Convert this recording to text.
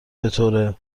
بطور